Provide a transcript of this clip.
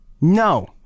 no